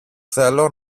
θέλω